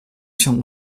się